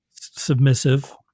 submissive